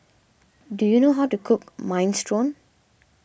do you know how to cook Minestrone